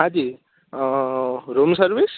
હા જી room service